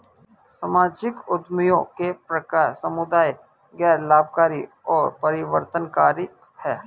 सामाजिक उद्यमियों के प्रकार समुदाय, गैर लाभकारी और परिवर्तनकारी हैं